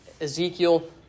Ezekiel